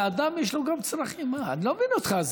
לאדם יש גם צרכים, אני לא מבין אותך.